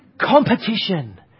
Competition